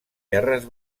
terres